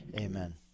Amen